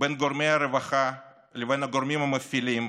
בין גורמי הרווחה לבין הגורמים המפעילים,